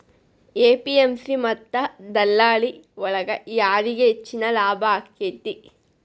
APMC ಮತ್ತ ದಲ್ಲಾಳಿ ಒಳಗ ಯಾರಿಗ್ ಹೆಚ್ಚಿಗೆ ಲಾಭ ಆಕೆತ್ತಿ?